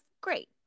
great